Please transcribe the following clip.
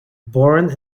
borne